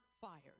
fired